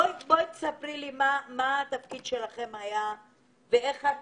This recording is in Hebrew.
בואי תספרי לי מה התפקיד שלכם ואיך את